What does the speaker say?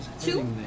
Two